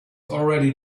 already